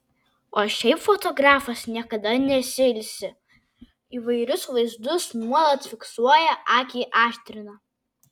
o šiaip fotografas niekada nesiilsi įvairius vaizdus nuolat fiksuoja akį aštrina